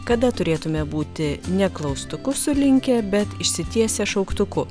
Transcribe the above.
kada turėtume būti ne klaustuku sulinkę bet išsitiesę šauktuku